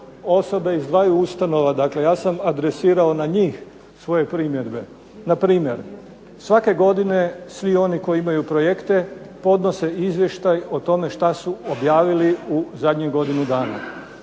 osobe iz dvaju ustanova, dakle ja sam adresirao na njih svoje primjedbe. Npr. svake godine svi oni koji imaju projekte podnose izvještaj o onome što su objavili u zadnjih godinu dana.